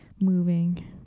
moving